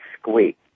squeak